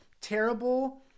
terrible